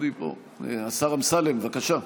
השר אמסלם, בבקשה.